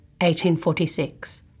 1846